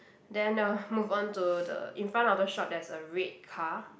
then uh move on to the in front of the shop there's a red car